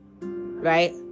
Right